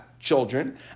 Children